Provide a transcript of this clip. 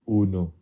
uno